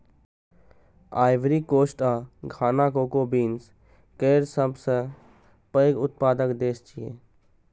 Ivory Coast आ Ghana cocoa beans केर सबसं पैघ उत्पादक देश छियै